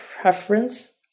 preference